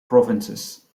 provinces